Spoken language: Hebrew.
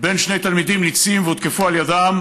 בין שני תלמידים ניצים והותקפו על ידם,